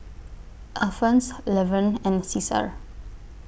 Alphons Levern and Ceasar